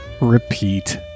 repeat